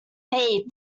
made